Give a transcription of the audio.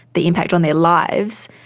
the impact on their lives,